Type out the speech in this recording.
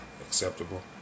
acceptable